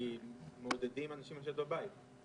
כי מעודדים אנשים לשבת בבית.